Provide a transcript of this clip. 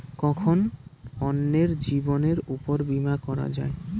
কখন অন্যের জীবনের উপর বীমা করা যায়?